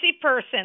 person